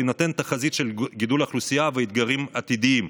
בהינתן תחזית של גידול האוכלוסייה ואתגרים עתידיים,